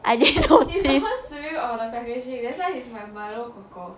I didn't notice